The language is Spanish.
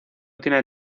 tiene